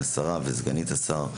לשרה ולסגנית השר,